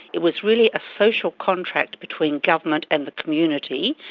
it was really a social contract between government and the community.